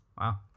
Wow